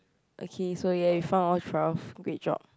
okay so ya we found all twelve great job